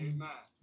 Amen